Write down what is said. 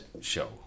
show